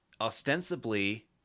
ostensibly